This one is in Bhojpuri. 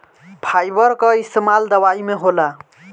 फाइबर कअ इस्तेमाल दवाई में होला